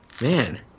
Man